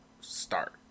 start